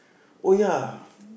oh ya